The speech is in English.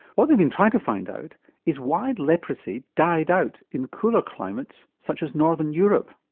what they've been trying to find out is why leprosy died out in cooler climates such as northern europe.